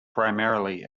primarily